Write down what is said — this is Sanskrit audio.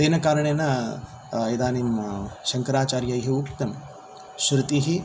तेन कारणेन इदानीं शङ्कराचार्यैः उक्तं श्रुतिः